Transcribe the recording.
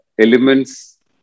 elements